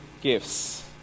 gifts